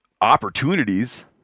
opportunities